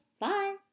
Bye